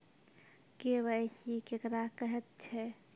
KYC केकरा कहैत छै?